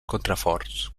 contraforts